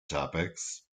topics